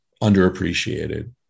underappreciated